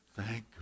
Thank